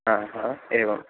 आ हा एवं